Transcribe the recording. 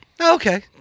Okay